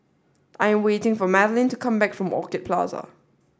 I'm waiting for Madelyn to come back from Orchid Plaza